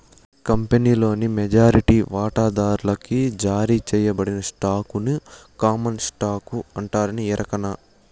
కంపినీలోని మెజారిటీ వాటాదార్లకి జారీ సేయబడిన స్టాకుని కామన్ స్టాకు అంటారని ఎరకనా